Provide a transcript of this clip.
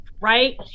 right